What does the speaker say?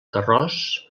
carròs